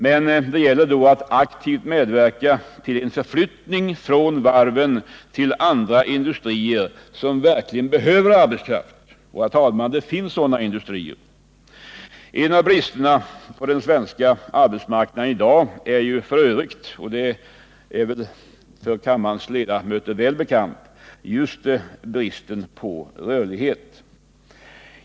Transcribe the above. Men det gäller då att aktivt medverka till en förflyttning från varven till andra industrier som verkligen behöver arbetskraft. Och, herr talman, det finns sådana industrier. En av bristerna på den svenska arbetsmarknaden i dag är f. ö. — och det är väl för kammarens ledamöter välbekant — just bristen på rörlighet.